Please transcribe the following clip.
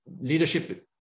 leadership